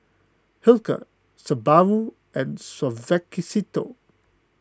Hilker Subaru and Suavecito